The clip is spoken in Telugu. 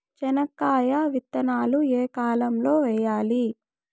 చెనక్కాయ విత్తనాలు ఏ కాలం లో వేయాలి?